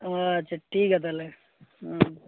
ᱟᱪᱪᱷᱟ ᱴᱷᱤᱠ ᱜᱮᱭᱟ ᱛᱟᱦᱚᱞᱮ ᱦᱩᱸ